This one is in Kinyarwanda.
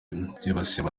byibasiye